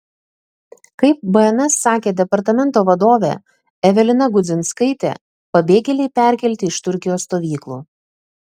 kaip bns sakė departamento vadovė evelina gudzinskaitė pabėgėliai perkelti iš turkijos stovyklų